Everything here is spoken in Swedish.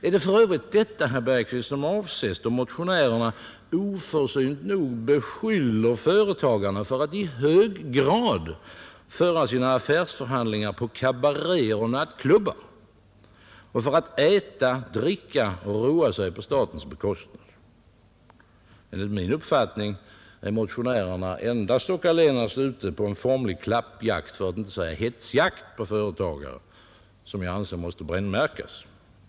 Är det för övrigt detta, herr Bergqvist, som avses då motionärerna oförsynt nog beskyller företagarna för att i hög grad föra affärsförhandlingar på kabaréer och nattklubbar och för att äta, dricka och roa sig på statens bekostnad? Enligt min uppfattning är motionärerna endast och allenast ute på en formlig klappjakt, för att inte säga hetsjakt, på företagare, vilket jag anser måste brännmärkas.